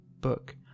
book